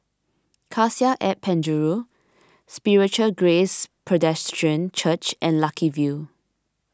Cassia at Penjuru Spiritual Grace Presbyterian Church and Lucky View